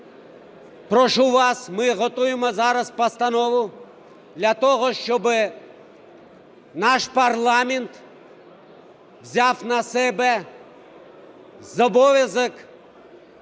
прошу вас, ми готуємо зараз постанову для того, щоб наш парламент взяв на себе зобов'язання